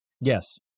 Yes